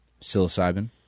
Psilocybin